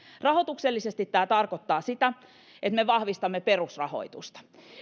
rahoituksellisesti tämä tarkoittaa sitä että me vahvistamme perusrahoitusta